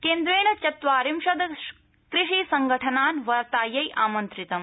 केन्द्रेण चत्वारिशतु कृषिसंघठनान् वार्तायै आमन्त्रितम्